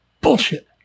bullshit